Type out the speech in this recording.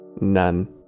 None